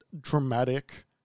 dramatic